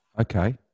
Okay